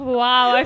wow